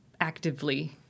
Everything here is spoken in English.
actively